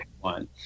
one